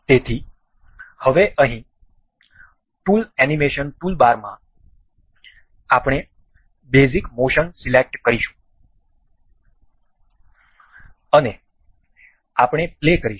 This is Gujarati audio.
તેથી હવે અહીં ટૂલ એનિમેશન ટૂલબારમાં આપણે બેઝિક મોશન સિલેક્ટ કરીશું અને આપણે પ્લે કરીશું